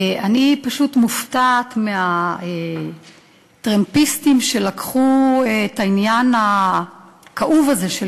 אני פשוט מופתעת מהטרמפיסטים שלקחו את העניין הכאוב הזה של